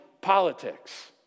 politics